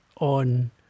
on